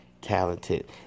Talented